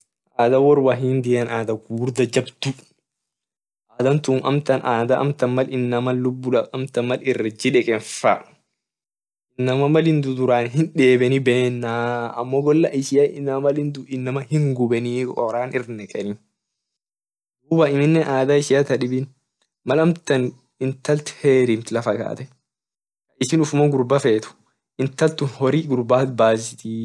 Adha wor wahindia adha gugurda jabdu adha tun mal inama lubu dab faa inama malin duu duran hindeben benaa amo gola ishia inama malin duu hingubenii koran irnekeni ada ishia tadibi mal amtan intal herimt ishin ufuma gurba fet intal tun hori gurbat basit.